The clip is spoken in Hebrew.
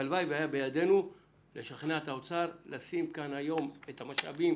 הלוואי והיה בידינו לשכנע את האוצר לשים כאן היום את המשאבים